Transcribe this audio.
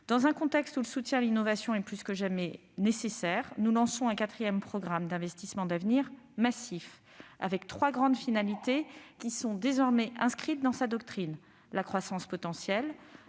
Dans un contexte où le soutien à l'innovation est plus que jamais nécessaire, nous lançons un quatrième programme d'investissements d'avenir. Massif, il vise trois grandes finalités, désormais inscrites dans sa doctrine : la croissance potentielle,